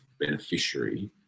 beneficiary